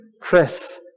Chris